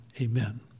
amen